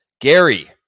Gary